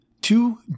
Two